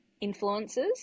influences